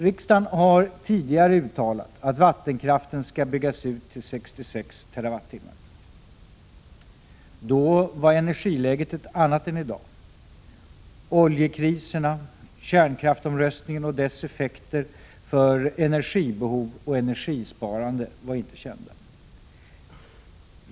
Riksdagen har tidigare uttalat att vattenkraften skall byggas ut till 66 TWh. Då var energiläget ett annat än det är i dag. Oljekriserna samt kärnkraftsomröstningen och dess effekter för energibehov och energisparande var inte kända.